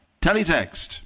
Teletext